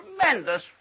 tremendous